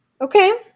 Okay